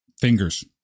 fingers